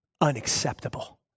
Unacceptable